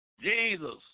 Jesus